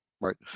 right